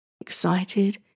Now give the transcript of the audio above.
excited